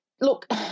look